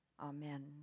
Amen